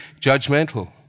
judgmental